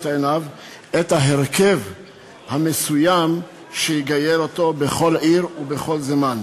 עיניו את ההרכב המסוים שיגייר אותו בכל עיר ובכל זמן.